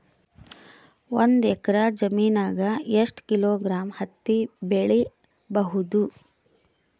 ಒಂದ್ ಎಕ್ಕರ ಜಮೀನಗ ಎಷ್ಟು ಕಿಲೋಗ್ರಾಂ ಹತ್ತಿ ಬೆಳಿ ಬಹುದು?